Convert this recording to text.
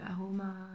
aroma